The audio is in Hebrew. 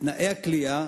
תנאי הכליאה